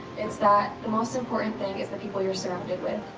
it's that the most important thing is the people you're surrounded with.